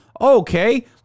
Okay